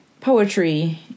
poetry